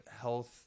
health